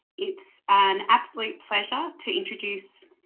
it's an absolute pleasure to introduce